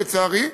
לצערי.